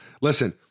listen